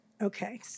okay